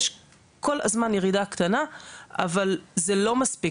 יש כל הזמן ירידה קטנה אבל זה לא מספיק.